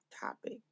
topic